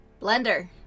Blender